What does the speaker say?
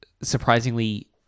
surprisingly